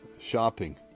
shopping